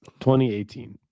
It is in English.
2018